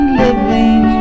living